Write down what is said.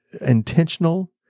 intentional